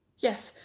yes,